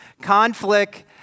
Conflict